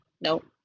Nope